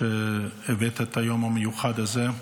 שהבאתם את היום המיוחד הזה.